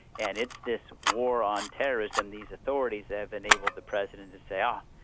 and it's this war on terrorism, these authorities have enabled the president to say um